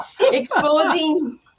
exposing